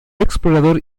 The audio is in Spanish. explorador